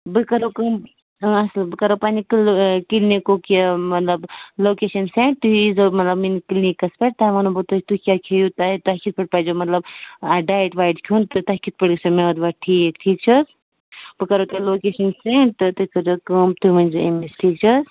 بہٕ کَرَو کٲم اَصٕل بہٕ کَرو پَنٛنہِ کِل کِلنِکُک یہِ مطلب لوکیشَن سٮ۪نٛڈ تُہۍ ییٖزیو مطلب مےٚ کِلنِکَس پٮ۪ٹھ تۄہہِ وَنَو بہٕ تَتہِ تُہۍ کیٛاہ کھیٚیُو تۄہہِ تۄہہِ کِتھ پٲٹھۍ پَزیٚو مطلب اَتھ ڈایِٹ وایِٹ کھیوٚن تۄہہِ کِتھ پٲٹھۍ گژھیو میادٕ وادٕ ٹھیٖک ٹھیٖک چھا حظ بہٕ کَرَو تۄہہِ لوکیشَن سٮ۪نٛڈ تہٕ تُہۍ کٔرۍزیٚو کٲم تُہۍ ؤنۍزیٚو أمِس ٹھیٖک چھِ حظ